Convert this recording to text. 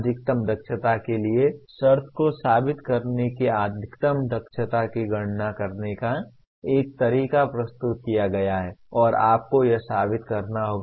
अधिकतम दक्षता के लिए शर्त को साबित करना कि अधिकतम दक्षता की गणना करने का एक तरीका प्रस्तुत किया गया है और आपको यह साबित करना होगा